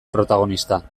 protagonista